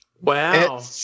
Wow